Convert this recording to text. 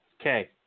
Okay